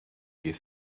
you